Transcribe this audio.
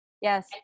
Yes